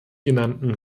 genannten